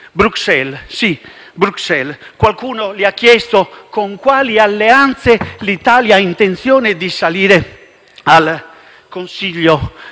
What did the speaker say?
Bruxelles, sì, Bruxelles: qualcuno le ha chiesto con quali alleanze l'Italia ha intenzione di salire al Consiglio europeo.